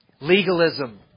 Legalism